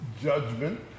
judgment